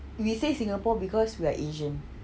we say singapore because we are asian